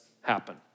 happen